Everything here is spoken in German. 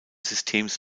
systems